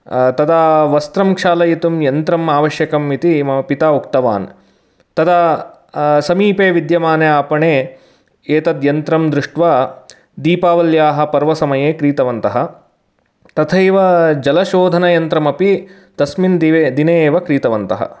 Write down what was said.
तदा वस्त्रं क्षालयितुं यन्त्रम् आवश्यकम् इति मम पिता उक्तवान् तदा समीपे विद्यमाने आपणे एतद् यन्त्रं दृष्ट्वा दीपावल्याः पर्वसमये क्रीतवन्तः तथैव जलशोधनयन्त्रमपि तस्मिन् दिवे दिने एव क्रीतवन्तः